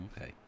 Okay